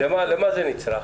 למה זה נצרך?